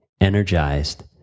energized